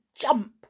jump